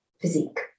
physique